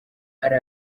ari